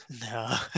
no